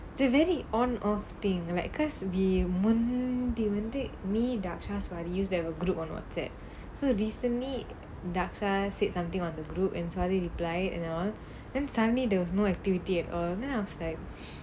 they very on off thing like because we முந்தி வந்து:munthi vanthu me dakshar swathi used to have a group on WhatsApp so recently dakshar said something on the group and swathi reply and all then suddenly there was no activity at all then I was like